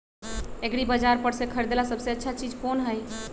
एग्रिबाजार पर से खरीदे ला सबसे अच्छा चीज कोन हई?